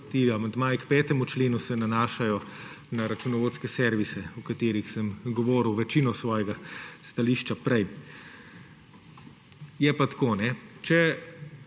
amandmaji k 5. členu se nanašajo na računovodske servise, o katerih sem govoril večino svojega stališča prej. Je pa tako, če